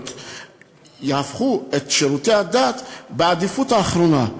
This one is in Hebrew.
ישימו את שירותי הדת בעדיפות האחרונה.